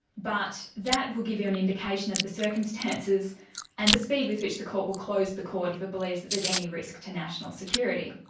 but that will give you an indication of the circumstances and the speed with which the court will close the court if it believes that there's any risk to national security.